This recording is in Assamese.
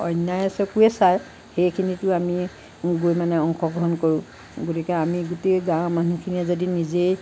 অন্যায়ৰ চকুৰে চাই সেইখিনিটো আমি গৈ মানে অংশগ্ৰহণ কৰোঁ গতিকে আমি গোটেই গাঁৱৰ মানুহখিনিয়ে যদি নিজেই